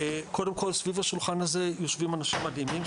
קודם כל סביב השולחן הזה יושבים אנשים מדהימים.